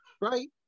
right